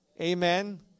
Amen